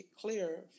clear